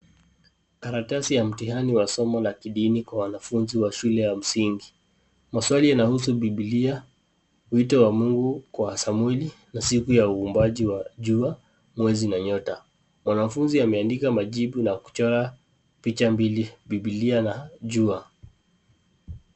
Karatasi ya mtihani wa somo la kidini kwa wanafunzi wa shule ya msingi. Maswali yanahusu bibilia, wito wa Mungu kwa Samweli na siku ya uombaji wa jua, mwezi na nyota. Mwanafunzi ameandika majibu na kuchora picha mbili; bibilia na jua.